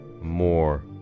more